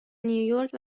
نیویورک